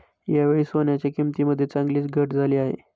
यावेळी सोन्याच्या किंमतीमध्ये चांगलीच घट झाली आहे